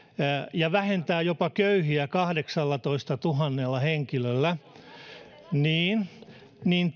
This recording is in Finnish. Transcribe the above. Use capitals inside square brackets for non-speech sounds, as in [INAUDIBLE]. ja vähentää köyhiä jopa kahdeksallatoistatuhannella henkilöllä niin niin [UNINTELLIGIBLE]